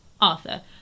Arthur